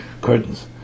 curtains